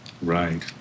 Right